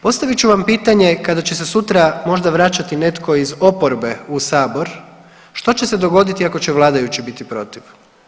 Postavit ću vam pitanje kada će se sutra možda vraćati netko iz oporbe u sabor što će se dogoditi ako će vladajući biti protiv?